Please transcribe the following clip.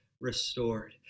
Restored